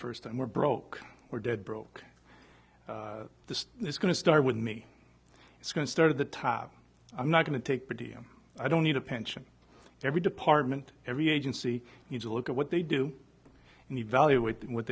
first time we're broke we're dead broke the it's going to start with me it's going to start of the top i'm not going to take the deal i don't need a pension every department every agency use a look at what they do and evaluate what